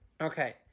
Okay